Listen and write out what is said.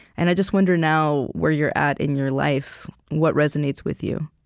and i just wonder, now, where you're at in your life, what resonates with you